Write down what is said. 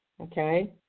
okay